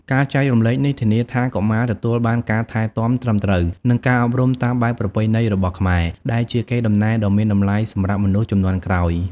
ការចែករំលែកនេះធានាថាកុមារទទួលបានការថែទាំត្រឹមត្រូវ និងការអប់រំតាមបែបប្រពៃណីរបស់ខ្មែរ ដែលជាកេរដំណែលដ៏មានតម្លៃសម្រាប់មនុស្សជំនាន់ក្រោយ។